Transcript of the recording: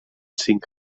cinc